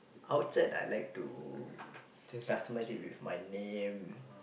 outside I like to customise it with my name